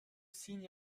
signe